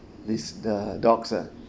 this the dogs ah